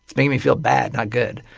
it's making me feel bad, not good.